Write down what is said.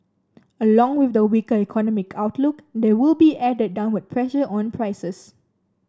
along with the weaker economic outlook there will be added downward pressure on prices